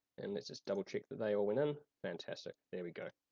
and let's just double check that they all went in. fantastic, there we go.